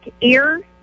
ear